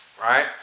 right